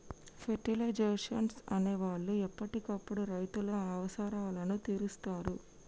fertilisers అనే వాళ్ళు ఎప్పటికప్పుడు రైతుల అవసరాలను తీరుస్తారు